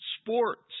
sports